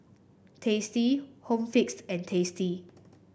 Tasty Home Fix and Tasty